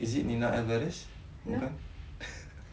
is it nina alverez bukan